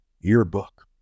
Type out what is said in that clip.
yearbook